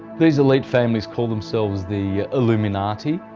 these elite families call themselves, the illuminati.